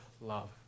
love